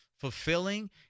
fulfilling